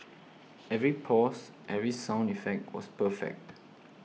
every pause every sound effect was perfect